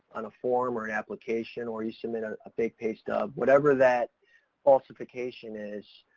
on a form or an application or you submit ah a fake pay stub, whatever that falsification is,